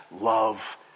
love